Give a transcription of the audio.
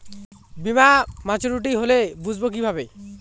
বীমা মাচুরিটি হলে বুঝবো কিভাবে?